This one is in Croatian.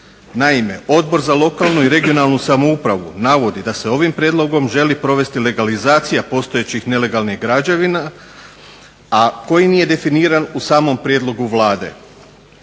Naime, Odbor za lokalnu i regionalnu samoupravu navodi da se ovim prijedlogom želi provesti legalizacija postojećih nelegalnih građevina, a koji nije definiran u samom prijedlogu Vlade